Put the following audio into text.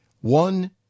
One